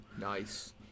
Nice